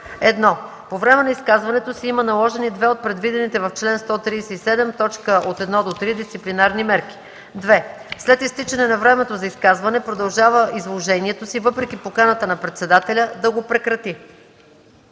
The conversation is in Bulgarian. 1. по време на изказването си има наложени две от предвидените в чл. 137, т. 1 – 3 дисциплинарни мерки; 2. след изтичане на времето за изказване продължава изложението си въпреки поканата на председателя да го прекрати.”